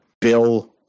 Bill